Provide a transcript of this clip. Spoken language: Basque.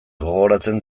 gogoratzen